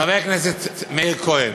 חבר הכנסת מאיר כהן,